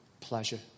pleasure